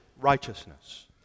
righteousness